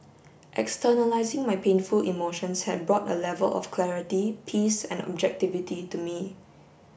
externalising my painful emotions had brought a level of clarity peace and objectivity to me